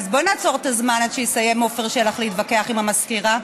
בואי נעצור את הזמן עד שיסיים עפר שלח להתווכח עם המזכירה.